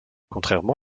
contrairement